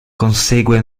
consegue